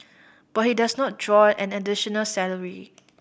but he does not draw an additional salary